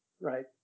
right